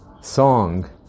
song